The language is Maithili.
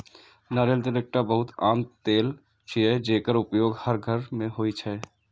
नारियल तेल एकटा बहुत आम तेल छियै, जेकर उपयोग हर घर मे होइ छै